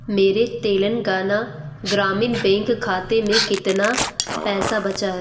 मेरे तेलंगाना ग्रामीण बैंक खाते में कितना पैसा बचा है